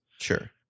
sure